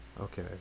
okay